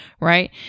right